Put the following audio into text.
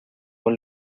con